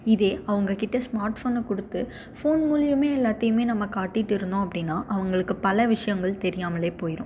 இதே அவங்ககிட்ட ஸ்மார்ட்ஃபோனை கொடுத்து போன் மூலயுமே எல்லாத்தையுமே நம்ம காட்டிட்டு இருந்தோம் அப்படினால் அவங்களுக்கு பல விஷயங்கள் தெரியாமலே போயிடும்